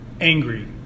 angry